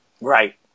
Right